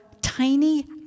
tiny